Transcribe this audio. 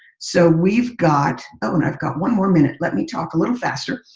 so, we've got oh and i've got one more minute. let me talk a little faster.